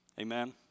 Amen